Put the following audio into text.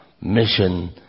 mission